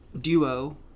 duo